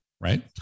Right